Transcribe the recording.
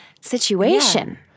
situation